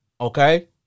Okay